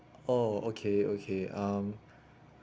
oh okay okay um